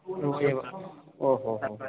एवम् एव ओ हो हो हो